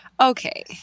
Okay